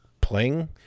playing